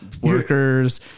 workers